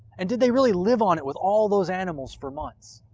and did they really live on it with all those animals for months?